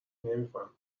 نمیکنم